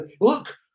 Look